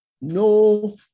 no